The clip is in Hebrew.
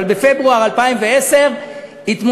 בפברואר 2012 התמודדת,